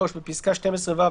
בפסקה (12)(ו),